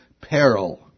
peril